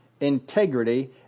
integrity